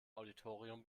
auditorium